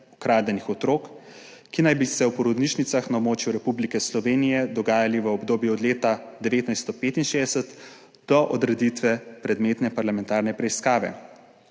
ukradenih otrok, ki naj bi se v porodnišnicah na območju Republike Slovenije dogajali v obdobju od leta 1965 do odreditve predmetne parlamentarne preiskave.